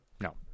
no